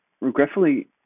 regretfully